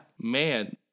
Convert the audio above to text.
man